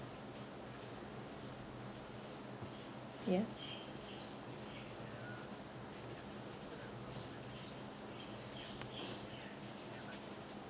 ya